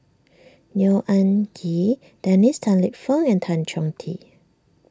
Neo Anngee Dennis Tan Lip Fong and Tan Chong Tee